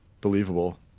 believable